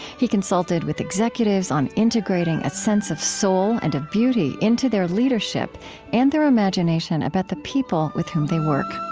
he consulted with executives on integrating a sense of soul and of beauty into their leadership and their imagination about the people with whom they work